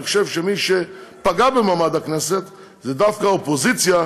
אני חושב שמי שפגע במעמד הכנסת זו דווקא האופוזיציה,